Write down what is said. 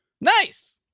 Nice